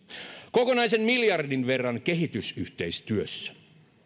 kokonaisen miljardin verran kehitysyhteistyössä